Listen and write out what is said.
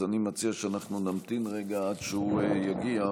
אז אני מציע שאנחנו נמתין רגע עד שהוא יגיע.